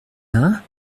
hein